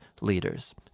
leaders